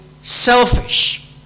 selfish